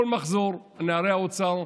כל מחזור של נערי האוצר,